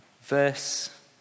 Verse